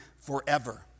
forever